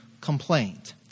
complaint